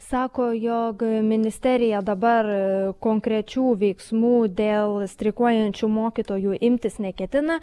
sako jog ministerija dabar konkrečių veiksmų dėl streikuojančių mokytojų imtis neketina